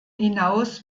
hinaus